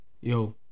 yo